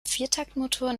viertaktmotoren